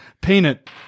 peanut